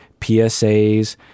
PSAs